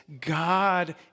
God